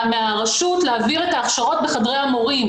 מהרשות את ההכשרות בחדרי המורים.